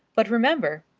but remember,